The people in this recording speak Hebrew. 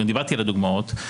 גם דיברתי על הדוגמאות,